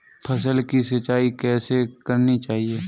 फसल की सिंचाई कैसे करनी चाहिए?